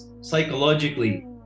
psychologically